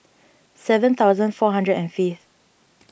seven thousand four hundred and fifth